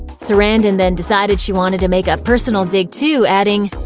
sarandon then decided she wanted to make a personal dig, too, adding,